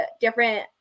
different